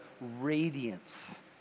radiance